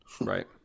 Right